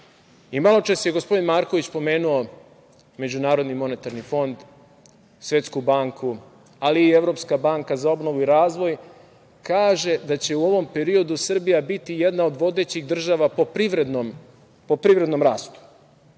I maločas je gospodin Marković pomenuo Međunarodni monetarni fond, Svetsku banku, ali i Evropska banka za obnovu i razvoj kaže da će u ovom periodu Srbija biti jedna od vodećih država po privrednom rastu.